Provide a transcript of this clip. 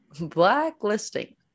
Blacklisting